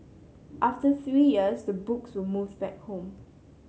after three years the books removes back home